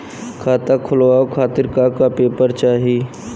खाता खोलवाव खातिर का का पेपर चाही?